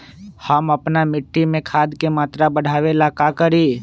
हम अपना मिट्टी में खाद के मात्रा बढ़ा वे ला का करी?